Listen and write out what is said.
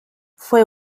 fue